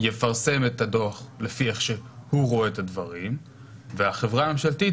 יפרסם את הדוח לפי איך שהוא רואה את הדברים והחברה הממשלתית,